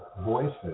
voices